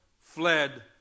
fled